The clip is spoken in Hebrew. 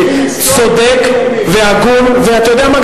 צודק והגון ואתה יודע מה,